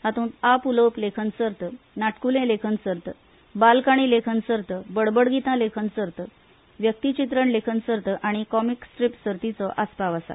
हातूंत आपउलोवप लेखन सर्त नाटकुलें लेखन सर्त बालकाणी लेखन सर्त बडबड गीता लेखन सर्त व्यक्तीचित्रण लेखन सर्त आनी कॉमीक स्ट्रिप सर्तीचो आस्पाव आसा